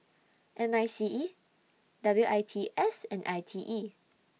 M I C E W I T S and I T E